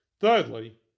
Thirdly